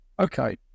Okay